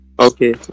Okay